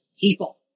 people